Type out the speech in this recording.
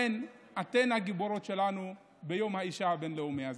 אתן גיבורות שלנו ביום האישה הבין-לאומי הזה.